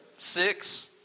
six